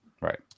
Right